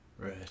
Right